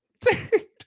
Dude